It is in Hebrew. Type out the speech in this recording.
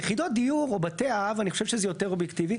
יחידות דיור או בתי אב אני חושב שזה יותר אובייקטיבי.